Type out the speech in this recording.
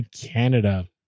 Canada